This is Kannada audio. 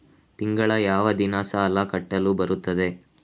ತಿಂಗಳ ಯಾವ ದಿನ ಸಾಲ ಕಟ್ಟಲು ಬರುತ್ತದೆ?